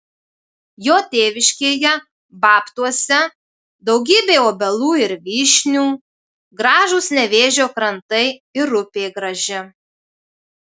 jo tėviškėje babtuose daugybė obelų ir vyšnių gražūs nevėžio krantai ir upė graži